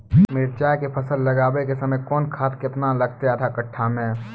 मिरचाय के फसल लगाबै के समय कौन खाद केतना लागतै आधा कट्ठा मे?